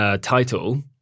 title